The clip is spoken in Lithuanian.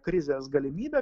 krizės galimybę